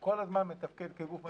הוא מתפקד כל הזמן כגוף מטה.